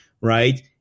Right